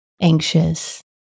anxious